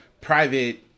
private